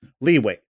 leeway